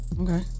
Okay